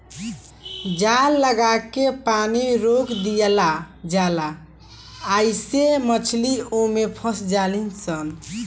जाल लागा के पानी रोक दियाला जाला आइसे मछली ओमे फस जाली सन